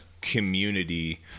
community